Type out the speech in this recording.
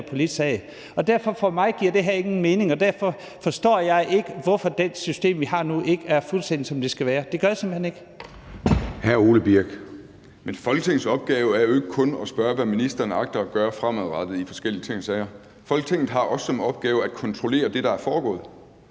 sag. Og derfor giver det her for mig ingen mening, og derfor forstår jeg ikke, hvorfor det system, vi har nu, ikke er fuldstændig, som det skal være. Det gør jeg simpelt hen ikke. Kl. 10:10 Formanden (Søren Gade): Hr. Ole Birk Olesen. Kl. 10:10 Ole Birk Olesen (LA): Men Folketingets opgave er jo ikke kun at spørge, hvad ministeren agter at gøre fremadrettet i forskellige ting og sager. Folketinget har også som opgave at kontrollere det, der er foregået,